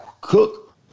Cook